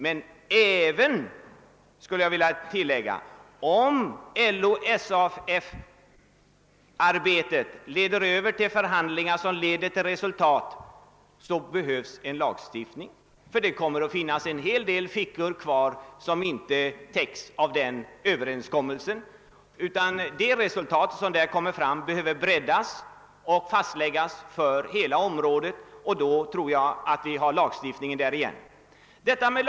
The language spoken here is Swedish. Men även, skulle jag vilja tillägga, om LO—SAF-arbetet leder till förhandlingar som i sin tur leder till resultat, behövs en lagstiftning. Det kommer nämligen att finnas en hel del fickor kvar efter överenskommelsen. Resultaten av förhandlingarna behöver breddas och. fastläggas för hela området, och då tror jag att lagstiftning måste tillgripas.